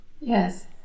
yes